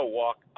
walk